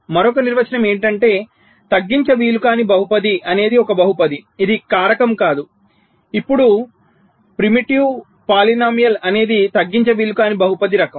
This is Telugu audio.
మరొక నిర్వచనం ఏంటి అంటే తగ్గించవీలుకాని బహుపది అనేది ఒక బహుపది ఇది కారకం కాదు ఇప్పుడు ఆదిమ బహుపది అనేది తగ్గించవీలుకాని బహుపది రకం